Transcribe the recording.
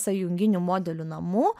sąjunginių modelių namų